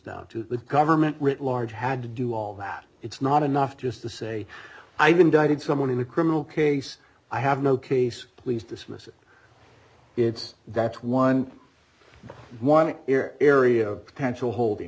down to the government written large had to do all that it's not enough just to say i've indicted someone in a criminal case i have no case please dismiss it it's that's eleven area potential holding